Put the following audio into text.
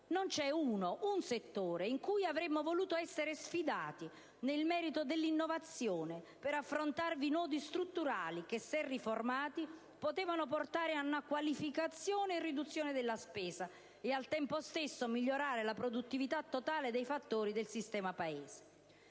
Non c'è neanche un settore rispetto al quale avremmo voluto essere sfidati nel merito dell'innovazione per affrontare nodi strutturali che, se riformati, avrebbero potuto portare ad una qualificazione e riduzione della spesa e, al tempo stesso, migliorare la produttività totale dei fattori del Sistema Paese.